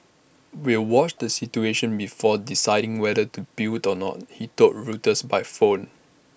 we'll watch the situation before deciding whether to build or not he told Reuters by phone